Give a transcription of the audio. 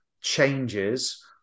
changes